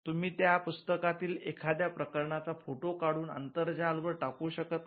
तुम्ही त्या पुस्तकातील एखाद्या प्रकरणाचा फोटो काढून आंतरजाल वर टाकू शकत नाही